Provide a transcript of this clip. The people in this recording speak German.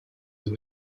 den